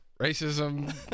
Racism